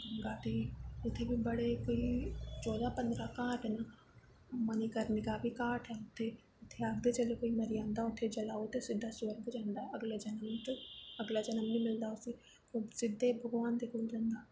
उत्थै बी बड़े कोई चौदां पंदरां घाट न मनिकरनिका बी घाट ऐ उत्थें उत्थें आखदे कोई मरी जा ते उत्थें जलाओ ते सिध्दा स्वर्ग जंदा उत्थें जलांदे ते अगला जन्म बी बी मिलदा उसी सिध्दे भगवान दे कोल जंदा